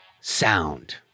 sound